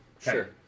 Sure